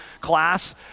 class